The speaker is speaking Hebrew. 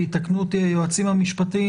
ויתקנו אותי היועצים המשפטיים,